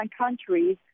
countries